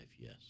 yes